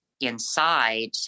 inside